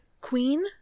Queen